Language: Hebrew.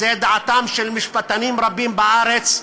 זו דעתם של משפטנים רבים בארץ.